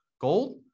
Gold